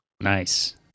Nice